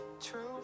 true